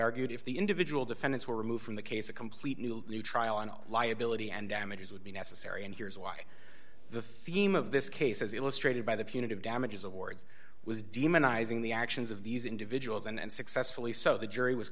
argued if the individual defendants were removed from the case a completely new trial on liability and damages would be necessary and here's why the theme of this case as illustrated by the punitive damages awards was demonizing the actions of these individuals and successfully so the jury was